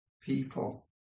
people